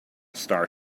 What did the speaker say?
star